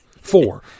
four